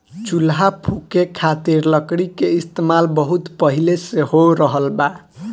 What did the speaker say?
चूल्हा फुके खातिर लकड़ी के इस्तेमाल बहुत पहिले से हो रहल बा